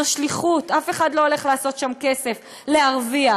זו שליחות, אף אחד לא הולך לעשות שם כסף, להרוויח.